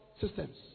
systems